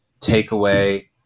takeaway